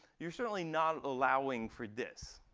you're certainly not allowing for this.